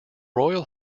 royal